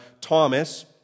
Thomas